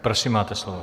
Prosím, máte slovo.